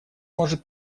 может